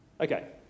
Okay